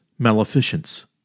maleficence